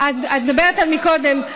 את מדברת על מקודם,